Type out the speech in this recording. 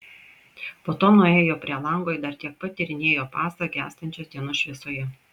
po to nuėjo prie lango ir dar tiek pat tyrinėjo pasą gęstančios dienos šviesoje